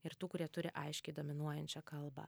ir tų kurie turi aiškiai dominuojančią kalbą